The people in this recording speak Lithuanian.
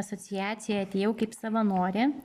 asociaciją atėjau kaip savanorė